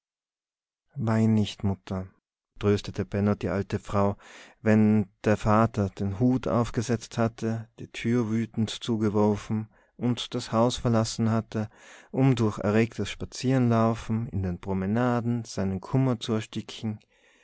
wein nicht mutter tröstete benno die alte frau wenn der vater den hut aufgesetzt hatte die tür wütend zugeworfen und das haus verlassen hatte um durch erregtes spazierenlaufen in den promenaden seinen kummer zu ersticken